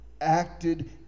Acted